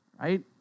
right